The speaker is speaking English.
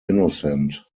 innocent